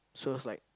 so is like